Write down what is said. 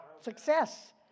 Success